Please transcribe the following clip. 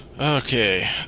Okay